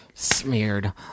Smeared